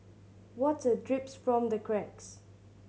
water drips from the cracks